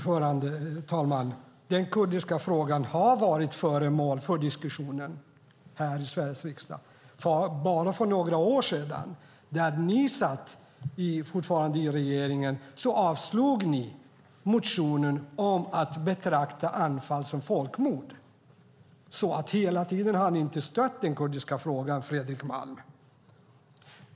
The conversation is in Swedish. Herr talman! Den kurdiska frågan har varit föremål för diskussioner här i Sveriges riksdag. För bara några år sedan, när ni satt i regering, avslog ni motionen om att betrakta Anfal som folkmord. Ni har inte stött den kurdiska frågan hela tiden, Fredrik Malm.